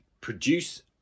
produce